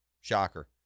Shocker